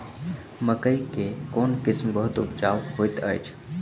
मकई केँ कोण किसिम बहुत उपजाउ होए तऽ अछि?